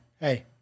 Hey